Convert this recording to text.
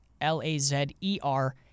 L-A-Z-E-R